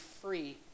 free